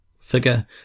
figure